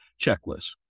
checklist